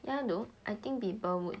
yeah though I think people would